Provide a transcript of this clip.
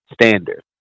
standard